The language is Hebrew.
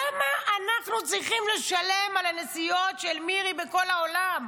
למה אנחנו צריכים לשלם על הנסיעות של מירי בכל העולם,